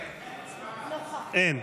אין.